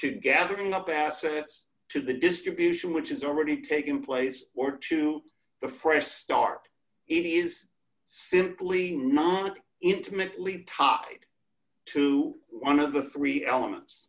to gathering up assets to the distribution which has already taken place or to the fresh start it is simply not intimately tied to one of the three elements